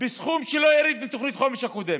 בסכום שלא ירד מתוכנית החומש הקודמת.